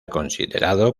considerado